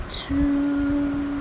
true